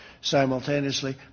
simultaneously